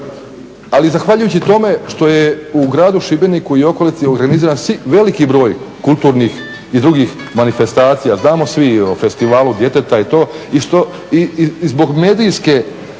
ali zahvaljujući tome što je u gradu Šibeniku i okolici organiziran veliki broj kulturnih i drugih manifestacija. Znamo svi o festivalu djeteta i to i zbog medijske